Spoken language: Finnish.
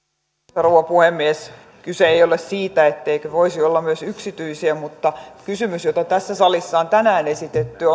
rouva puhemies kyse ei ole siitä etteikö voisi olla myös yksityisiä mutta kysymys jota tässä salissa on tänään esitetty